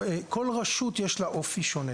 לכל רשות יש אופי שונה